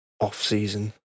off-season